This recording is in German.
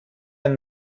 ein